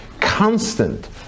Constant